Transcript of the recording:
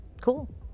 Cool